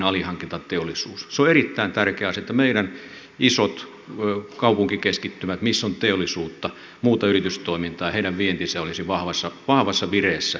se on erittäin tärkeä asia että meidän isojen kaupunkikeskittymiemme missä on teollisuutta ja muuta yritystoimintaa vienti ja toiminta olisi vahvassa vireessä